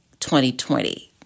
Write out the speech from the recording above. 2020